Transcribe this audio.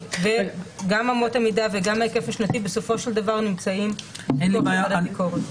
גם אמות המידה וגם ההיקף השנתי בסופו של דבר נמצאים בוועדת ביקורת.